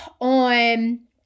on